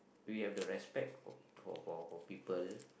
we have the respect for for for people